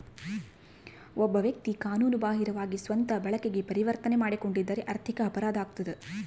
ಒಬ್ಬ ವ್ಯಕ್ತಿ ಕಾನೂನು ಬಾಹಿರವಾಗಿ ಸ್ವಂತ ಬಳಕೆಗೆ ಪರಿವರ್ತನೆ ಮಾಡಿಕೊಂಡಿದ್ದರೆ ಆರ್ಥಿಕ ಅಪರಾಧ ಆಗ್ತದ